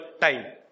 time